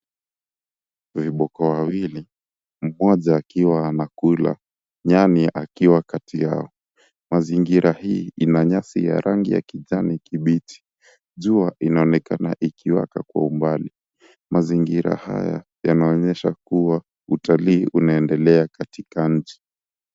Viboko wawili mmoja akiwa anakula, nyani akiwa kati yao. Mazingira hii ina nyasi ya rangi ya kijani kibichi. Jua inaonekana ikiwaka kwa umbali. Mazingira haya yanaonyesha utalii unaendelea katika nchi.